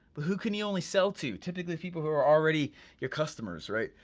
but who can you only sell to? typically the people who are already your customers, right?